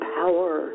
power